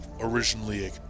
originally